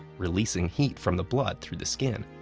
releasing heat from the blood through the skin,